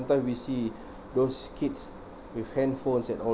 we see those kids with handphones at all